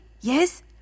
Yes